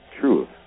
truth